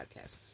podcast